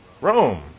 Rome